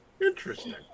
interesting